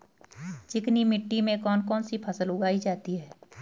चिकनी मिट्टी में कौन कौन सी फसल उगाई जाती है?